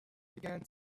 began